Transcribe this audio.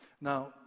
now